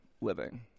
living